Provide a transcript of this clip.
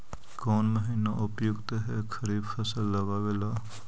कौन महीना उपयुकत है खरिफ लगावे ला?